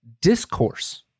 discourse